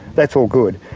that's all good.